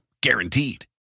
Guaranteed